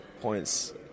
points